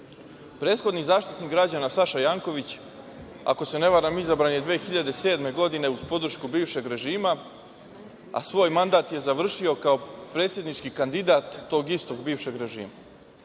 Prethodi Zaštitnik građana Saša Janković, ako se ne varam izabran je 2007. godine uz podršku bivšeg režima, a svoj mandat je završio kao predsednički kandidat tog istog bivšeg režima.